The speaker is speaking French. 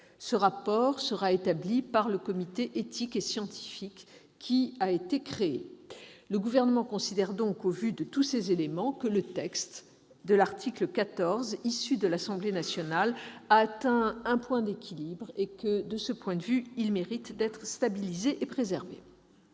Ce rapport sera établi par le comité éthique et scientifique qui a été créé. Le Gouvernement considère, au vu de tous ces éléments, que le texte de l'article 14 résultant des travaux de l'Assemblée nationale a atteint un point d'équilibre et que celui-ci doit désormais être stabilisé et préservé.